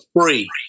free